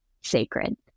sacred